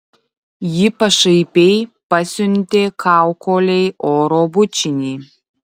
ji pašaipiai pasiuntė kaukolei oro bučinį